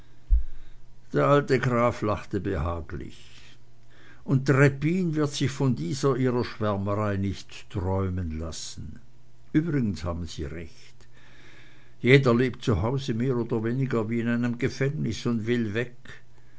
der alte graf lachte behaglich und trebbin wird sich von dieser ihrer schwärmerei nichts träumen lassen übrigens haben sie recht jeder lebt zu hause mehr oder weniger wie in einem gefängnis und will weg